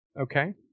Okay